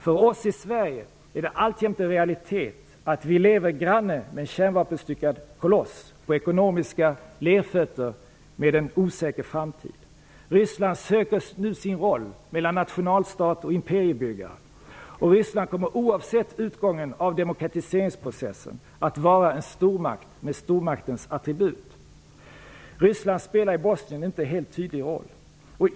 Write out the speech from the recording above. För oss i Sverige är det alltjämt en realitet att vi lever granne med en kärnvapenbestyckad koloss på ekonomiska lerfötter med en osäker framtid. Ryssland söker nu sin roll mellan nationalstat och imperiebyggare. Ryssland kommer, oavsett utgången av demokratiseringsprocessen, att vara en stormakt med stormaktens attribut. Ryssland spelar i Bosnien en inte helt tydlig roll.